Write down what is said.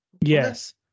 Yes